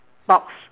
box